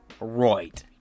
Right